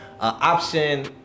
option